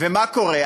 ומה קורה?